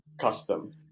custom